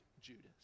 Judas